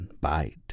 bite